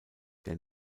der